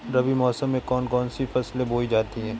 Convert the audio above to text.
रबी मौसम में कौन कौन सी फसलें बोई जाती हैं?